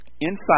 inside